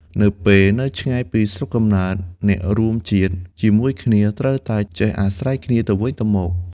នៅពេលនៅឆ្ងាយពីស្រុកកំណើត អ្នករួមជាតិជាមួយគ្នាត្រូវតែចេះអាស្រ័យគ្នាទៅវិញទៅមក។